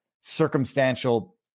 circumstantial